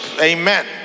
Amen